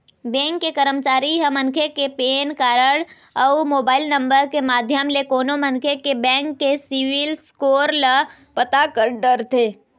bank के करमचारी ह मनखे के पेन कारड अउ मोबाईल नंबर के माध्यम ले कोनो मनखे के बेंक के सिविल स्कोर ल पता कर डरथे